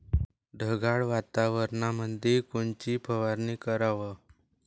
ढगाळ वातावरणामंदी कोनची फवारनी कराव?